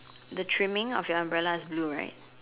the trimming of your umbrella is blue right